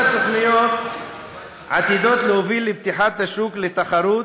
אך כל התוכניות עתידות להוביל לפתיחת השוק לתחרות,